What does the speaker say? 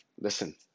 listen